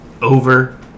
Over